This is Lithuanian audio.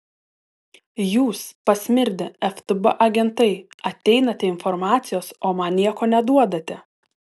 jūs pasmirdę ftb agentai ateinate informacijos o man nieko neduodate